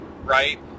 right